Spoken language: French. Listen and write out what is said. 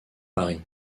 paris